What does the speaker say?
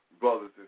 brothers